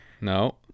No